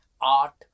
art